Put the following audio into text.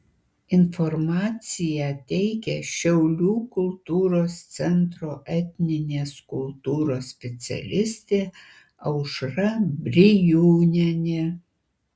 informaciją teikia šiaulių kultūros centro etninės kultūros specialistė aušra brijūnienė